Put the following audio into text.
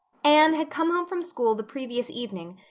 anne had come home from school the previous evening,